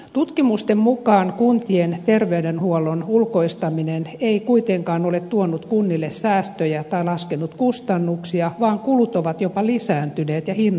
tutkimusten mukaan kuntien terveydenhuollon ulkoistaminen ei kuitenkaan ole tuonut kunnille säästöjä tai laskenut kustannuksia vaan kulut ovat jopa lisääntyneet ja hinnat nousseet